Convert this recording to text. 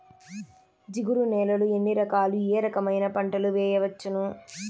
జిగురు నేలలు ఎన్ని రకాలు ఏ రకమైన పంటలు వేయవచ్చును?